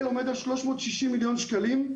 עומד על שלוש מאות שישים מיליון שקלים.